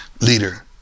leader